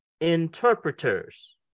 interpreters